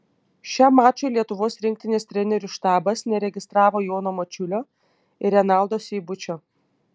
šiam mačui lietuvos rinktinės trenerių štabas neregistravo jono mačiulio ir renaldo seibučio